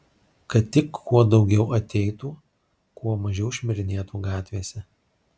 kad tik kuo daugiau ateitų kuo mažiau šmirinėtų gatvėse